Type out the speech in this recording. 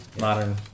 Modern